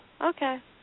Okay